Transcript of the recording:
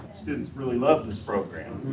students really love this program,